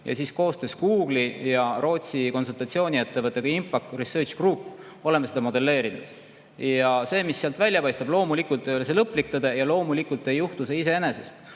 Koostöös Google'i ja Rootsi konsultatsiooniettevõttega Impact Research Group oleme seda modelleerinud. See, mis sealt välja paistab, loomulikult ei ole lõplik tõde ja loomulikult ei juhtu see iseenesest,